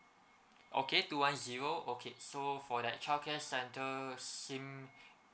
okay two one zero okay so for that childcare center sim